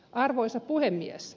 arvoisa puhemies